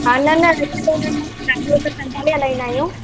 हा न न ईंअ कोने ॻाॾी त असां संभाले हलाईंदा आयूं